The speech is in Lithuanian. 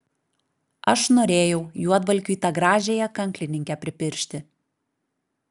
aš norėjau juodvalkiui tą gražiąją kanklininkę pripiršti